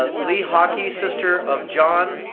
ah lehocki, sister of john,